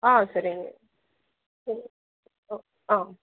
ஆ சரிங்க ஆ